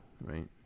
right